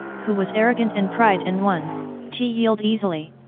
who was arrogant and pride and won t yield easily.